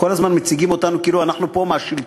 כל הזמן מציגים אותנו כאילו אנחנו מהשלטון,